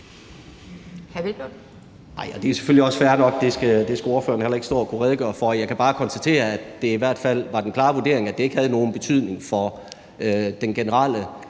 det er selvfølgelig også fair nok, og det skal ordføreren jo heller ikke stå og kunne redegøre for. Jeg kan bare konstatere, at det i hvert fald var den klare vurdering, at det ikke havde nogen betydning for den generelle